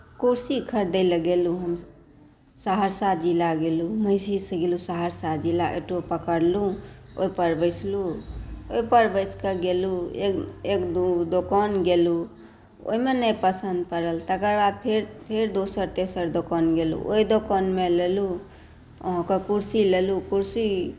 कुर्सी खरीदए ला गेलहुँ हमसभ सहरसा जिला गेलहुँ महिषीसे गेलहुँ सहरसा जिला ऑटो पकड़लहुँ ओहिपर बैसलहुँ ओहिपर बैस कऽ गेलहुँ एक दू दोकान गेलहुँ ओहिमे नहि पसन्द पड़ल तकर बाद फेर दोसर तेसर दोकान गेलहुँ ओहि दोकानमे लेलहुँ ओकर कुर्सी लेलहुँ